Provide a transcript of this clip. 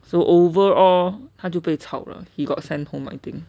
so overall 他就被炒了 he got sent home I think